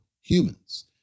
humans